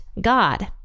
God